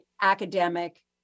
academic